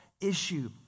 issue